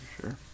Sure